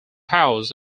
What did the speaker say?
house